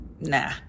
nah